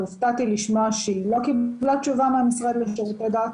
והופתעתי לשמוע שהיא לא קיבלה תשובה מהמשרד לשירותי דת.